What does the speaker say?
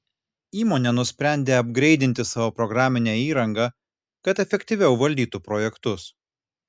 įmonė nusprendė apgreidinti savo programinę įrangą kad efektyviau valdytų projektus